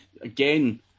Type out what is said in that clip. again